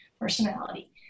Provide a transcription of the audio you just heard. personality